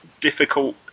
difficult